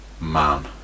man